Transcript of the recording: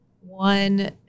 one